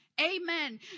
Amen